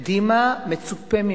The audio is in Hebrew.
קדימה, מצופה ממנה,